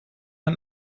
ein